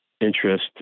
interest